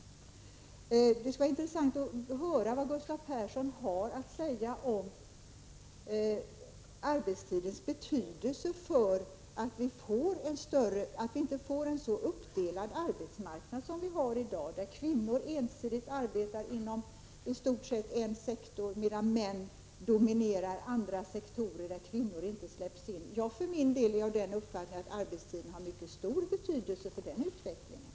Det skulle vara intressant att höra vad Gustav Persson har att säga om arbetstidens betydelse för motverkande av den uppdelning som vi i dag har inom arbetsmarknaden, där kvinnor i stort sett ensidigt arbetar inom en sektor medan män dominerar andra sektorer, där kvinnor inte släpps in. Jag har för min del den uppfattningen att arbetstiden har mycket stor betydelse för den utvecklingen.